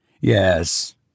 Yes